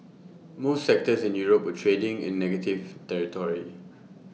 most sectors in Europe were trading in negative territory